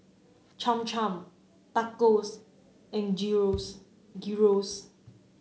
Cham Cham Tacos and